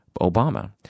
Obama